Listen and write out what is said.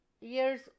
years